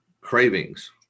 cravings